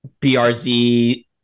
BRZ